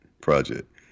project